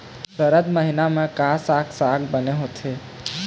सरद महीना म का साक साग बने होथे?